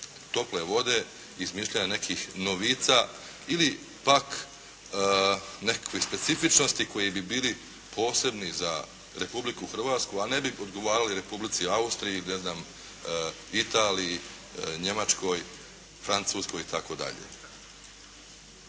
tople vode, izmišljanja nekih novica ili pak nekih specifičnosti koji bi bili posebni za Republiku Hrvatsku, a ne bi odgovarali Republici Austriji i ne znam Italiji, Njemačkoj, Francuskoj itd.